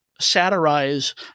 satirize